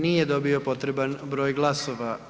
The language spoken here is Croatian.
Nije dobio potreban broj glasova.